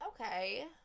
Okay